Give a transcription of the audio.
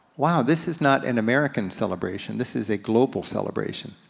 wow this is not an american celebration, this is a global celebration.